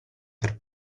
per